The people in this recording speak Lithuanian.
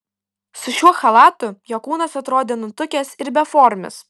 su šiuo chalatu jo kūnas atrodė nutukęs ir beformis